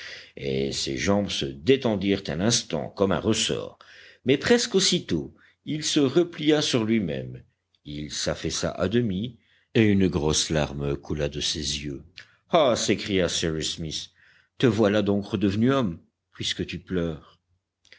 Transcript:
et ses jambes se détendirent un instant comme un ressort mais presque aussitôt il se replia sur lui-même il s'affaissa à demi et une grosse larme coula de ses yeux ah s'écria cyrus smith te voilà donc redevenu homme puisque tu pleures